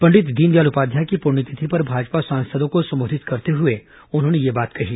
पंडित दीनदयाल उपाध्याय की पुण्यतिथि पर भाजपा सांसदों को संबोधित करते हुए उन्होंने यह बात कही